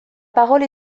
parole